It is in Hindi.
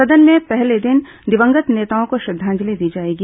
सदन में पहले दिन दिवंगत नेताओं को श्रद्वांजलि दी जाएगी